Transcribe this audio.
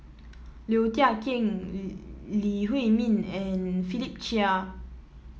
Low Thia Khiang Lee Huei Min and Philip Chia